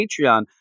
Patreon